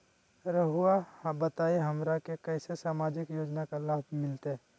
रहुआ बताइए हमरा के कैसे सामाजिक योजना का लाभ मिलते?